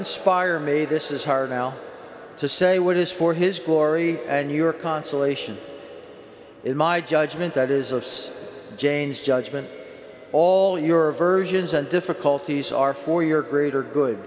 inspire me this is hard now to say what is for his glory and your consolation in my judgment that is of jane's judgment day all your versions and difficulties are for your greater good